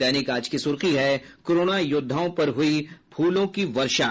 दैनिक आज की सुर्खी है कोरोना योद्वाओं पर हुई फूलों की वर्षा